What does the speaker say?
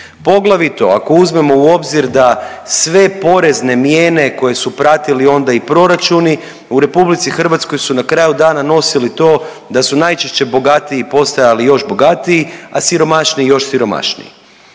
Poglavito ako uzmemo u obzir da sve porezne mijene koje su pratili onda i proračuni, u RH su na kraju dana nosili to da su najčešće bogatiji postojali još bogatiji, a siromašniji još siromašniji.